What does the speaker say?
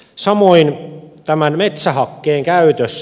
samoin metsähakkeen käytössä